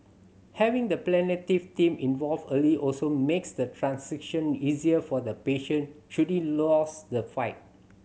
having the palliative team involved early also makes the transition easier for the patient should he lose the fight